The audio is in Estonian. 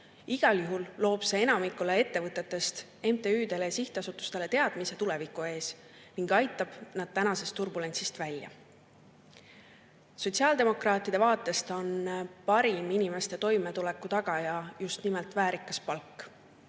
Igal juhul loob see enamikule ettevõtetest, MTÜ‑dele ja sihtasutustele, teadmise, mis tulevikus ees ootab, ning aitab nad tänasest turbulentsist välja. Sotsiaaldemokraatide vaatest on parim inimeste toimetuleku tagaja just nimelt väärikas palk.